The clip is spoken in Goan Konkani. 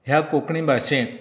ह्या कोंकणी भाशेंत